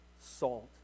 salt